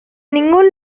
ningún